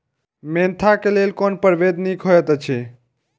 Mentha क लेल कोन परभेद निक होयत अछि?